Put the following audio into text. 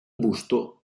busto